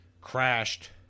crashed